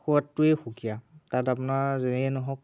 সোৱাদটোৱে সুকীয়া তাত আপোনাৰ যিয়েই নহওক